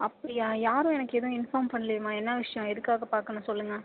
அப்படியா யாரும் எனக்கு எதுவும் இன்ஃபார்ம் பண்ணலையேம்மா என்ன விஷயம் எதுக்காக பார்க்கணும் சொல்லுங்கள்